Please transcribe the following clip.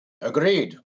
Agreed